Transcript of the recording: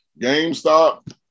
GameStop